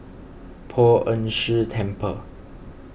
Poh Ern Shih Temple